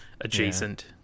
adjacent